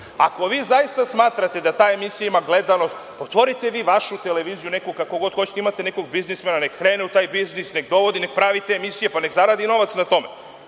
ako vi zaista smatrate da ta emisija ima gledanost, otvorite vi vašu televiziju, kako god hoćete, imate nekog biznismena, neka krene u taj biznis, nek dovodi, nek pravi te emisije, pa nek zaradi novac na tome.